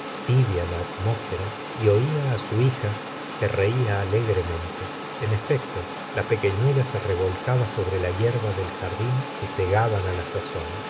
tibia la atmósfera y oía su hija que reia alegremente en efecto la pequeiluela se revolcaba sobre la hierba del jardín que segaban á la sazón